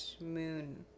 moon